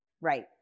Right